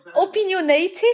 opinionated